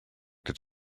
that